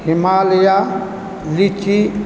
हिमालया लीची